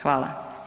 Hvala.